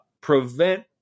prevent